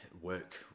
work